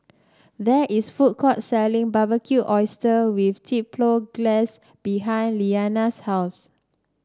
there is a food court selling Barbecued Oysters with Chipotle Glaze behind Lilianna's house